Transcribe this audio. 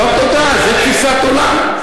לא, תודה, זאת תפיסת עולם.